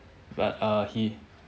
but err he